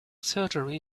surgery